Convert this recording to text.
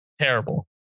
Terrible